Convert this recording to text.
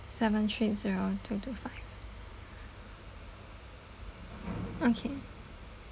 seven three zero two two five okay